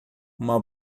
uma